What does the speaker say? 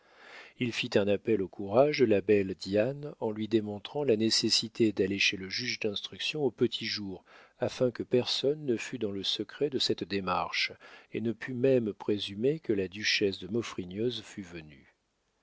il fit un appel au courage de la belle diane en lui démontrant la nécessité d'aller chez le juge d'instruction au petit jour afin que personne ne fût dans le secret de cette démarche et ne pût même présumer que la duchesse de maufrigneuse fût venue